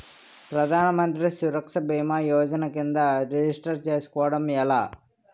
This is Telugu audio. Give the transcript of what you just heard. ప్రధాన మంత్రి సురక్ష భీమా యోజన కిందా రిజిస్టర్ చేసుకోవటం ఎలా?